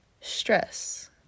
stress